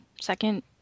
second